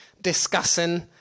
discussing